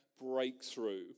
breakthrough